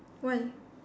why